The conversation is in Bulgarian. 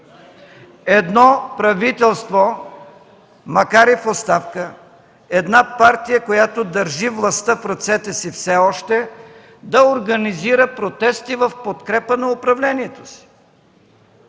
едно правителство, макар и в оставка, една партия, която държи властта в ръцете си все още, да организира протести в подкрепа на управлението си.